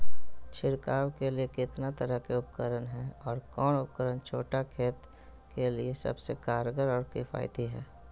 छिड़काव के लिए कितना तरह के उपकरण है और कौन उपकरण छोटा खेत के लिए सबसे कारगर और किफायती है?